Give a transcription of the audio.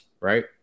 right